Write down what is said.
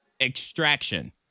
Extraction